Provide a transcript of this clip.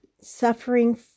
suffering